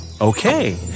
Okay